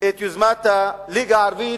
את יוזמת הליגה הערבית.